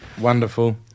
wonderful